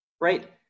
right